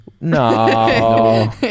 No